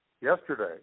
yesterday